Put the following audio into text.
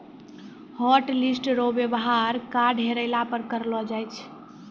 hotlist रो वेवहार card हेरैला पर करलो जाय छै